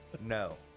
No